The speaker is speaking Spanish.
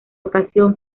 ocasión